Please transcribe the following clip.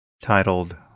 titled